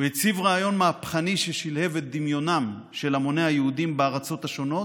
הוא הציב רעיון מהפכני ששלהב את דמיונם של המוני היהודים בארצות השונות,